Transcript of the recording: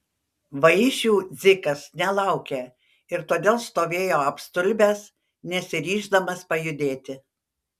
vaišių dzikas nelaukė ir todėl stovėjo apstulbęs nesiryždamas pajudėti